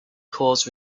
cause